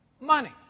Money